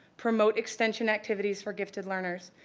promote extension activities for gifted learners,